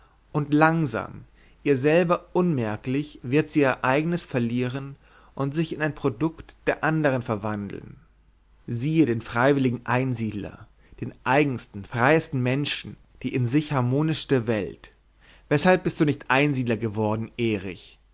und langsam ihr selber unmerklich wird sie ihr eigenes verlieren und sich in ein produkt der andern verwandeln siehe den freiwilligen einsiedler den eigensten freiesten menschen die in sich harmonischste welt weshalb bist du nicht einsiedler geworden erich